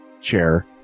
chair